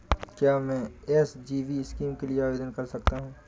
क्या मैं SGB scheme के लिए आवेदन कर सकता हूँ?